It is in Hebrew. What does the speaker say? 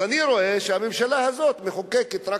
אז אני רואה שהממשלה הזאת מחוקקת רק